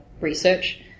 research